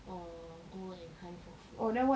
or go and hunt for food then what is it you have it